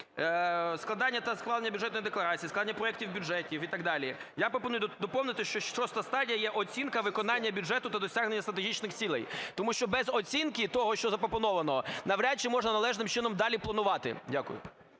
складання та складення Бюджетної декларації, складення проектів бюджетів і так далі. Я пропоную доповнити, що шоста стадія є оцінка виконання бюджету та досягнення стратегічних цілей, тому що без оцінки того, що запропоновано, навряд чи можна належним чином далі планувати. Дякую.